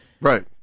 Right